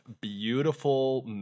beautiful